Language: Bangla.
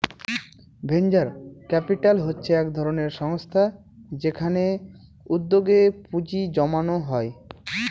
ভেঞ্চার ক্যাপিটাল হচ্ছে এক ধরনের সংস্থা যেখানে উদ্যোগে পুঁজি জমানো হয়